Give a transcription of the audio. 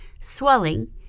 swelling